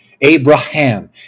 Abraham